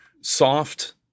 soft